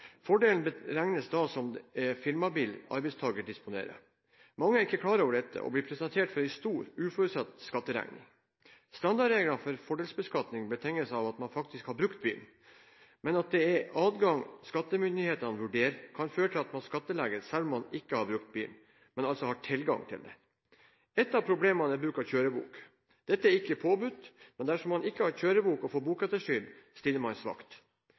fordelen. Fordelen beregnes da som om det er firmabil arbeidstaker disponerer. Mange er ikke klar over dette og blir presentert for en stor, uforutsett skatteregning. Standardreglene for fordelsbeskatning betinges av at man faktisk har brukt bilen. At det er adgangen skattemyndighetene vurderer, kan føre til at man skattlegges selv om man ikke har brukt bilen, men altså har tilgang til den. Et av problemene er bruk av kjørebok. Dette er ikke påbudt, men dersom man ikke har kjørebok og får bokettersyn, stiller man svakt.